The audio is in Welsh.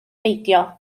beidio